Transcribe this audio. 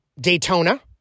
Daytona